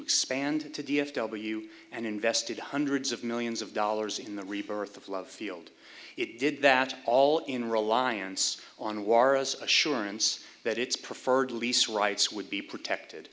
expand to d f w and invested hundreds of millions of dollars in the rebirth of love field it did that all in reliance on warez assurance that its preferred lease rights would be protected